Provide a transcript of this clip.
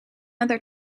other